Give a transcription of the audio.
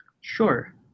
Sure